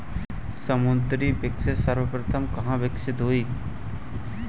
समुद्री मत्स्यिकी सर्वप्रथम कहां विकसित हुई?